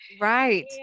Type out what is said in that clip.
Right